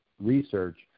research